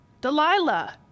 Delilah